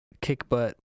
kick-butt